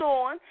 on